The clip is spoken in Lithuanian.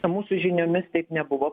mūsų žiniomis taip nebuvo